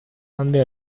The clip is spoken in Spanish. ande